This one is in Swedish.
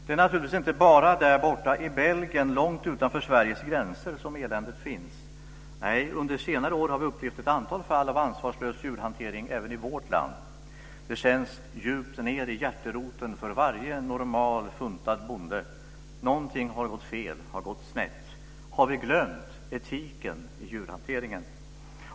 Det är naturligtvis inte bara där borta i Belgien långt utanför Sveriges gränser som eländet finns. Nej, under senare år har vi upplevt ett antal fall av ansvarslös djurhantering även i vårt land. Det känns djupt ned i hjärteroten för varje normalt funtad bonde. Något har blivit fel, har gått snett. Har vi glömt etiken i djurhanteringen?